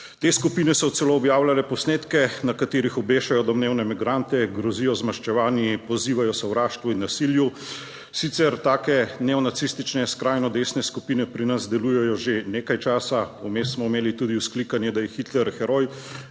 Te skupine so celo objavljale posnetke, na katerih obešajo domnevne migrante, grozijo z maščevanji, pozivajo k sovraštvu in nasilju. Sicer take neonacistične skrajno desne skupine pri nas delujejo že nekaj časa. Vmes smo imeli tudi vzklikanje, da je Hitler heroj.